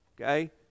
okay